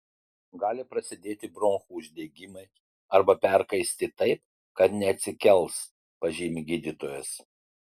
gali prasidėti bronchų uždegimai arba perkaisti taip kad neatsikels pažymi gydytojas